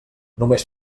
només